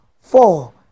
four